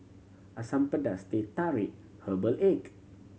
Asam Pedas Teh Tarik herbal egg